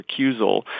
recusal